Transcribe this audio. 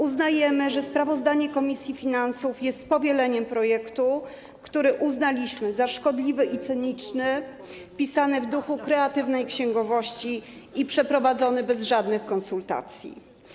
Uznajemy, że sprawozdanie komisji finansów jest powieleniem projektu, który uznaliśmy za szkodliwy i cyniczny, pisany w duchu kreatywnej księgowości i przeprowadzony bez żadnych konsultacji.